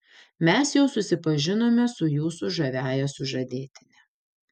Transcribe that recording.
mes jau susipažinome su jūsų žaviąja sužadėtine